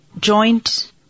joint